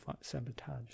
sabotage